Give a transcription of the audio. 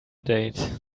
date